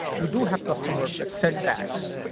we do have custom verbs, like setbacks,